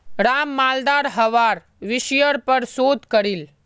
राम मालदार हवार विषयर् पर शोध करील